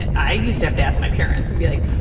and i used to have to ask my parents and be like,